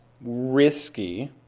risky